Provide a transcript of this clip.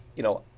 you know,